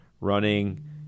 running